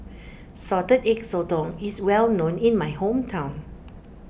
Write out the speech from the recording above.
Salted Egg Sotong is well known in my hometown